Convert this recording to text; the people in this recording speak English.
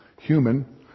human